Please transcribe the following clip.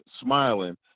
smiling